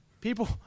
people